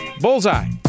Bullseye